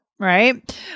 Right